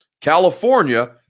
California